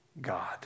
God